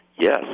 Yes